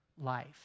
life